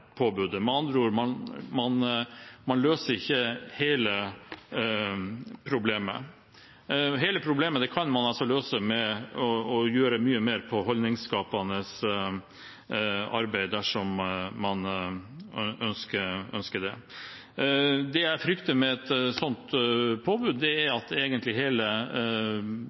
påbudet. Med andre ord: Man løser ikke hele problemet. Hele problemet kan man løse ved å gjøre mye mer i form av holdningsskapende arbeid, dersom man ønsker det. Det jeg frykter med et sånt påbud, er at hele